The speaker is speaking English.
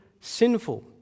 sinful